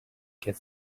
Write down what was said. get